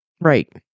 Right